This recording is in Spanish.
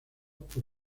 por